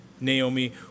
Naomi